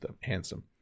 handsome